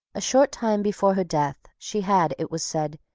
a short time before her death, she had, it was said,